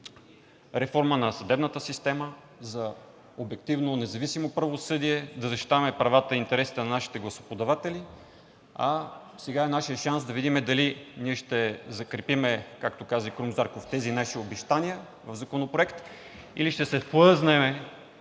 реформа на съдебната система, за обективно независимо правосъдие, да защитаваме правата и интересите на нашите гласоподаватели, а сега е нашият шанс да видим дали ние ще закрепим, както каза и Крум Зарков, тези наши обещания в законопроект, или ще се плъзнем